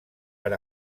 per